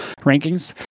rankings